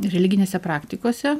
religinėse praktikose